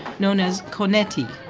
known as conaeti.